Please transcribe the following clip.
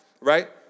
right